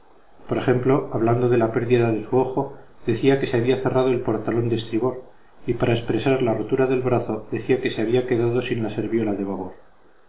por ejemplo hablando de la pérdida de su ojo decía que había cerrado el portalón de estribor y para expresar la rotura del brazo decía que se había quedado sin la serviola de babor